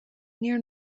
near